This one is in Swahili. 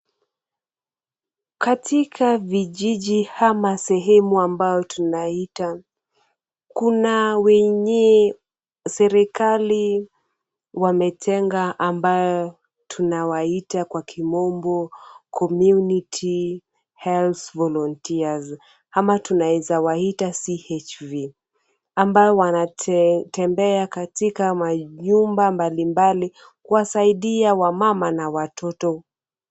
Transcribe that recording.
Katika vijiji ama sehemu ambao tunaita, kuna wenye serikali wametenga ambao tunawaita kwa kimombo community health volunteers ama tunaweza waita CHV , ambao wanatembea katika nyumba mbalimbali kuwasaidia wamama na watoto.